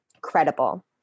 credible